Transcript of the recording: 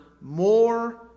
more